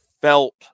felt